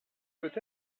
peut